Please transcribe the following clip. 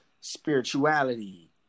Spirituality